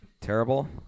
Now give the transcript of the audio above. Terrible